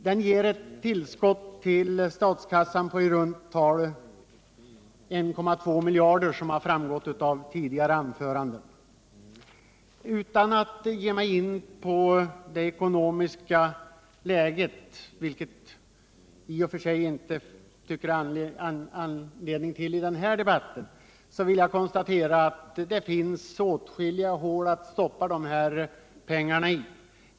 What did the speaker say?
Den ger ett tillskott till statskassan på i runt tal 1,2 miljarder, såsom framgått av tidigare anföranden. Utan att ge mig in på det ekonomiska läget, vilket jag i och för sig inte tycker att det finns anledning till i den här debatten, vill jag konstatera att det finns åtskilliga hål att stoppa pengarna i.